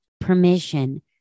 permission